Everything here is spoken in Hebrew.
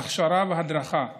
הכשרה והדרכה מזה,